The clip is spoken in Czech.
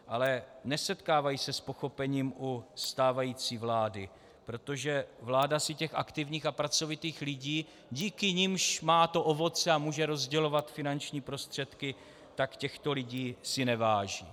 Ale nesetkávají se s pochopením u stávající vlády, protože vláda si těch aktivních a pracovitých lidí, díky nimž má to ovoce a může rozdělovat finanční prostředky, tak těchto lidí si neváží.